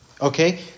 Okay